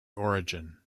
origin